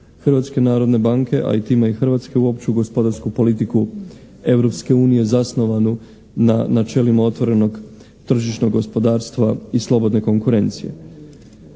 Hrvatske narodne banke a i time i Hrvatske uopće u gospodarsku politiku Europske unije zasnovanu na načelima otvorenog tržišnog gospodarstva i slobodne konkurencije.